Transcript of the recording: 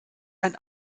ein